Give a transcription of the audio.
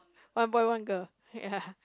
one boy one girl ya